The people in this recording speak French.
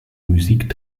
musiques